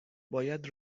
باید